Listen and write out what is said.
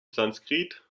sanskrit